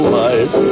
life